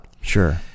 Sure